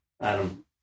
Adam